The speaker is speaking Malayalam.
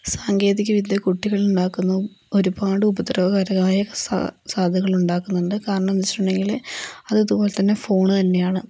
സാങ്കേതികവിദ്യ കുട്ടികളിൽ ഉണ്ടാക്കുന്നത് ഒരുപാട് ഉപദ്രവകാരിയായ സാധ്യതകൾ ഉണ്ടാക്കുന്നുണ്ട് കാരണമെന്നു വച്ചിട്ടുണ്ടെങ്കിൽ അതിതുപോലെതന്നെ ഫോണുതന്നെയാണ്